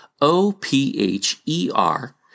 O-P-H-E-R